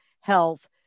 health